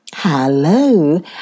Hello